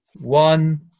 One